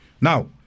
Now